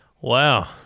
Wow